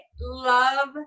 love